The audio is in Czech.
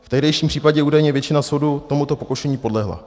V tehdejším případě údajně většina soudu tomuto pokušení podlehla.